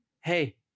Hey